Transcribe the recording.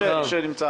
עסקים.